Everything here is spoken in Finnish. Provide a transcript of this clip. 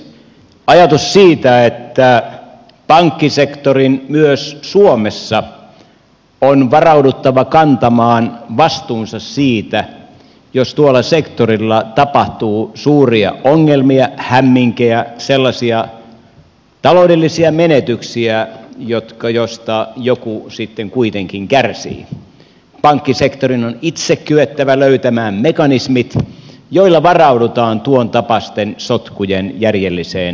mitä tulee ajatukseen siitä että pankkisektorin myös suomessa on varauduttava kantamaan vastuunsa siitä jos tuolla sektorilla tapahtuu suuria ongelmia hämminkejä sellaisia taloudellisia menetyksiä joista joku sitten kuitenkin kärsii niin pankkisektorin on itse kyettävä löytämään mekanismit joilla varaudutaan tuontapaisten sotkujen järjelliseen hoitoon